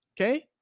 Okay